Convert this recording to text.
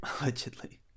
Allegedly